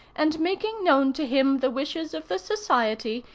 and making known to him the wishes of the society,